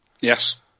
Yes